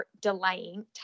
delaying